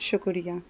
شکریہ